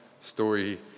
story